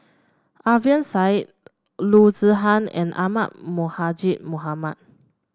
Alfian Sa'at Loo Zihan and Ahmad Mohamad